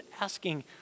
asking